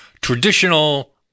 traditional